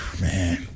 Man